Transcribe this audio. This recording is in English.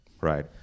right